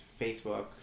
Facebook